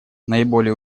наиболее